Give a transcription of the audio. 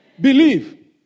Believe